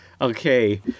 Okay